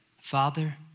Father